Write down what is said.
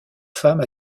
femme